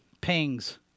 pings